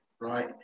right